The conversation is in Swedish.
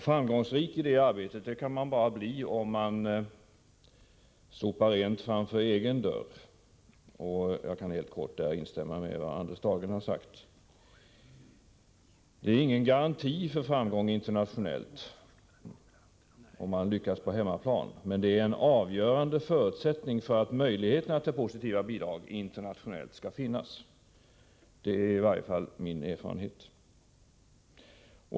Framgångsrik i det arbetet kan man bara bli om man först sopar rent framför egen dörr, och jag kan där helt kort instämma i vad Anders Dahlgren sade. Det är ingen garanti för framgång internationellt om man lyckas på hemmaplan, men det är en avgörande förutsättning för att möjligheterna till positiva bidrag internationellt skall finnas. Det är i varje fall min erfarenhet.